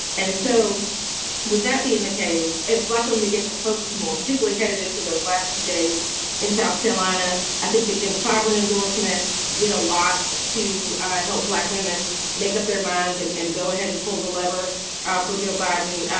and so would that be in the case as black men begin to focus, more particularly headed into those last few days in south carolina? i think that jim clyburn endorsement did a lot to help black women make up their minds and and go ahead and pull the lever ah for joe biden.